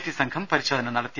T സംഘം പരിശോധന നടത്തി